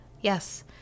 Yes